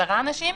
עשרה אנשים.